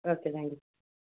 okay thank you